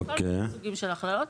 יש כל מיני סוגים של הכללות.